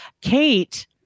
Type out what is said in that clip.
Kate